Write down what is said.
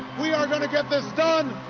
we are going to get this done!